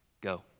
go